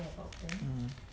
mm